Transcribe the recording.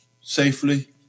safely